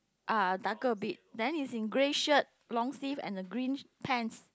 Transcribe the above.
uh darker abit then is in grey shirt long sleeve and a green pants